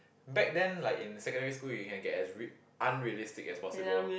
back then like in secondary school you can get as re~ unrealistic as possible